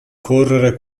correre